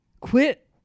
Quit